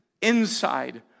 inside